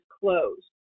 closed